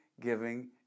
giving